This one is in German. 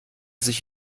sich